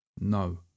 no